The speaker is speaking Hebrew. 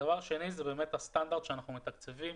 הדבר השני הוא הסטנדרט שאנחנו מתקצבים.